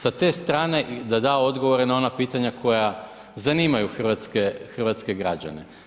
Sa te strane i da da odgovore na ona pitanja koja zanimaju hrvatske građane.